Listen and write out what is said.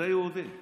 זה יהודי.